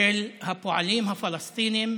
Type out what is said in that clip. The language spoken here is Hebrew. של הפועלים הפלסטינים